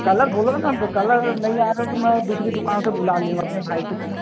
colour बोला न वो कलर नहीं आ रहा तो मैं दूसरी दुकान से बुला लूँगा अपने भाई की दुकान से